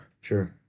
Sure